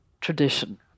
tradition